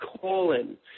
colon